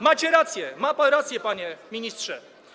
Macie rację, ma pan rację, panie ministrze.